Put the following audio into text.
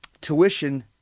tuition